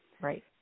Right